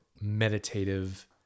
meditative